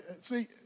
See